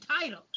title